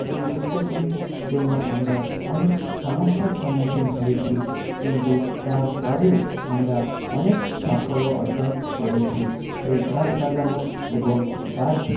এই উদ্যোগগুলির জন্য আমরা অনেক সমস্যার সম্মুখীন হয়েছি কিন্তু তারপরেও আমরা অনেক সাফল্য অর্জন করেছি এই গাছ লাগানো এবং গাছ